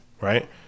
Right